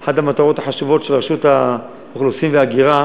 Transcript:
זו אחת המטרות החשובות של רשות האוכלוסין וההגירה,